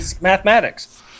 mathematics